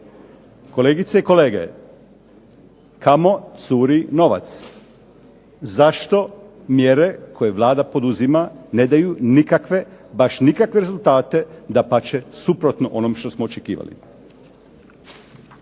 Kolegice i kolege kamo curi novac? Zašto mjere koje Vlada ne poduzima ne daju nikakve, baš nikakve rezultate. Dapače, suprotno onome što smo očekivali.